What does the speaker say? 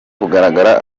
kugaragara